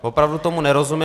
Opravdu tomu nerozumím.